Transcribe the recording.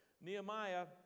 Nehemiah